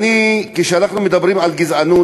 כשאנחנו מדברים על גזענות,